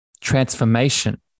transformation